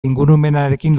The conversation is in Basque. ingurumenarekin